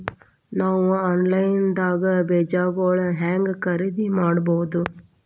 ನಾವು ಆನ್ಲೈನ್ ದಾಗ ಬೇಜಗೊಳ್ನ ಹ್ಯಾಂಗ್ ಖರೇದಿ ಮಾಡಬಹುದು?